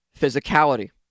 physicality